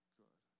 good